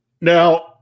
Now